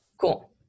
Cool